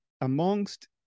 amongst